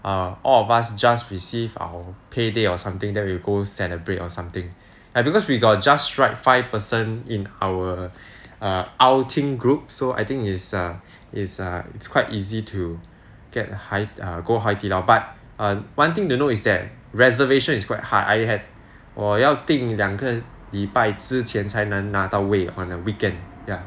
err all of us just receive our pay day or something then we go celebrate or something like because we got just right five person in our outing group so I think it's err it's err it's quite easy to get go Haidilao but err one thing to know is that reservation is quite hard I had 我要订两个礼拜之前才能拿到位 on a weekend ya